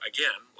Again